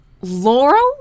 laurel